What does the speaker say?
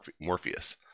Morpheus